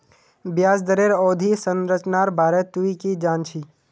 ब्याज दरेर अवधि संरचनार बारे तुइ की जान छि